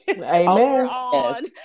Amen